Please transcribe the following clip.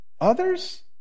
others